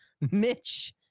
Mitch